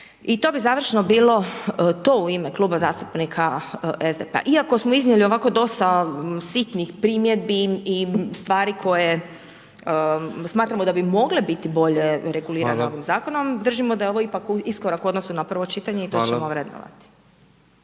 i to bi završno bilo to u ime Kluba zastupnika SDP-a iako smo iznijeli ovako dosta sitnih primjedbi i stvari koje smatramo da bi mogle biti bolje regulirano ovim zakonom, držimo da je ovo ipak iskorak u odnosu na prvo čitanje i to ćemo vrednovati.